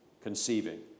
conceiving